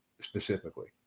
specifically